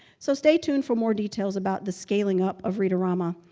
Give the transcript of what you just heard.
so stay tuned for more details about the scaling up of read-a-rama,